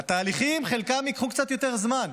לתהליכים, חלקם ייקחו קצת יותר זמן,